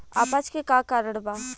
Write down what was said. अपच के का कारण बा?